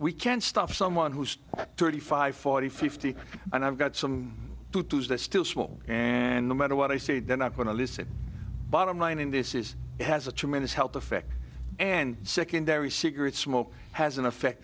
we can't stop someone who's thirty five forty fifty and i've got some tutus that still small and no matter what i say they're not going to listen bottom line in this is has a tremendous help effect and secondary cigarette smoke has an effect